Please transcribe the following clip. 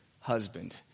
husband